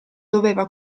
doveva